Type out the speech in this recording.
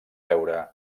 veure